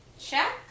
check